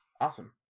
Awesome